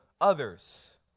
others